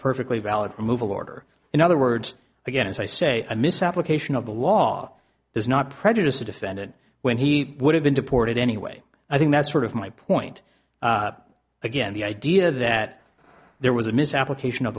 perfectly valid removal order in other words again as i say the misapplication of the law does not prejudice a defendant when he would have been deported anyway i think that's sort of my point again the idea that there was a mis application of